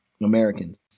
Americans